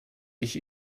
ich